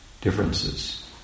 differences